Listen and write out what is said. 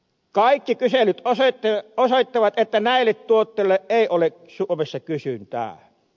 kaikki kyselyt osoittavat että näille tuotteille ei ole suomessa kysyntää